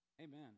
Amen